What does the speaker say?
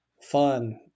Fun